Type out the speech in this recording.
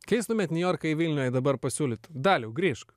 keistumėt niujorką į vilnių jei dabar pasiūlytų daliau grįžk